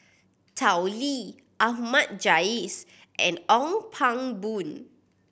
Tao Li Ahmad Jais and Ong Pang Boon